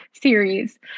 series